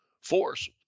force